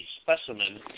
specimen